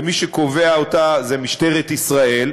ומי שקובע את זה זו משטרת ישראל,